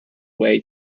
way